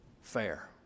fair